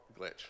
glitch